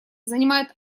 занимает